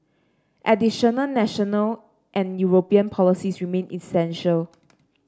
additional national and European policies remain essential